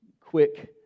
quick